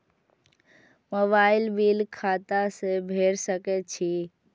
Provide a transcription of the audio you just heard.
Mobile bill खाता से भेड़ सके छि?